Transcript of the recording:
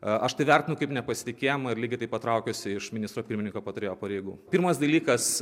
aš tai vertinu kaip nepasitikėjimą ir lygiai taip pat traukiuosi iš ministro pirmininko patarėjo pareigų pirmas dalykas